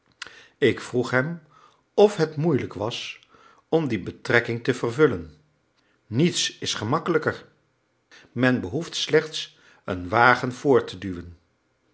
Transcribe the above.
ik vroeg hem of het moeilijk was om die betrekking te vervullen niets is gemakkelijker men behoeft slechts een wagen voort te duwen